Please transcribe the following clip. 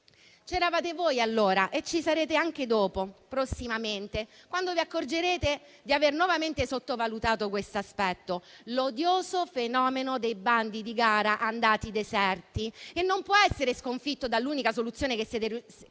C'eravate voi allora e ci sarete anche dopo, prossimamente, quando vi accorgerete di aver nuovamente sottovalutato questo aspetto, l'odioso fenomeno dei bandi di gara andati deserti, che non può essere sconfitto dall'unica soluzione che siete riusciti